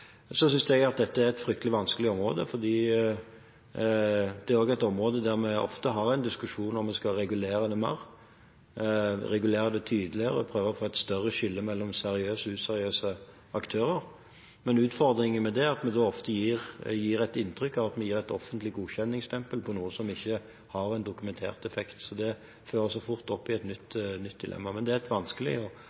Jeg synes at dette er et fryktelig vanskelig område, for det er et område hvor vi ofte har en diskusjon om vi skal regulere mer og tydeligere og prøve å få et større skille mellom seriøse og useriøse aktører. Men utfordringen med det er at vi da ofte vil gi inntrykk av at vi setter et offentlig godkjenningsstempel på noe som ikke har en dokumentert effekt. Det fører oss fort opp i et nytt dilemma. Men det er et vanskelig